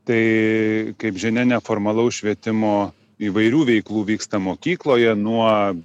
tai kaip žinia neformalaus švietimo įvairių veiklų vyksta mokykloje nuo